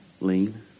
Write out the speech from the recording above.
lean